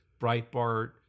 Breitbart